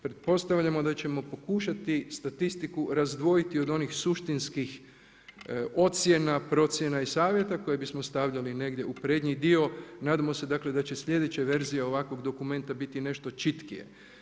Pretpostavljamo da ćemo pokušati statistiku razdvojiti od onih suštinskih ocjena, procjena i savjeta koje bismo stavljali negdje u prednji dio, nadamo se dakle da će slijedeća verzija ovakvog dokumenta biti nešto čitkije.